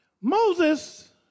Moses